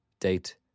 Date